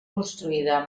construïda